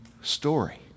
story